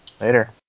Later